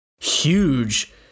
huge